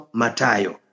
matayo